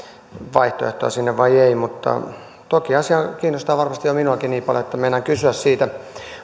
vaihtoehtoa sinne vai ei mutta toki asia kiinnostaa varmasti jo minuakin niin paljon että meinaan kysyä siitä